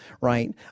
right